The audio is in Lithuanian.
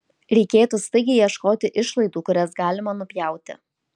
reikėtų staigiai ieškoti išlaidų kurias galima nupjauti